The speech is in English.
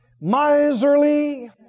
miserly